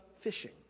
fishing